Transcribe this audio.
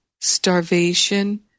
starvation